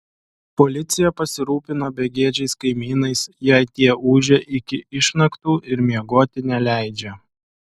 policija pasirūpina begėdžiais kaimynais jei tie ūžia iki išnaktų ir miegoti neleidžia